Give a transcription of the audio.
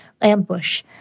ambush